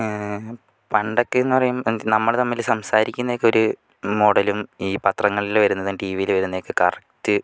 പണ്ടൊക്കെ എന്ന് പറയും നമ്മൾ തമ്മിൽ സംസാരിക്കുന്ന ഒക്കെ ഒരു മോഡലും ഈ പത്രങ്ങളിൽ വരുന്നതും ടി വിയിൽ വരുന്നത് ഒക്കെ കറക്റ്റ്